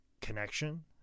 connection